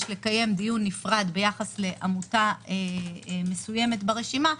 לקיים דיון נפרד ביחס לעמותה מסוימת ברשימה,